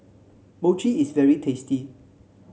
mochi is very tasty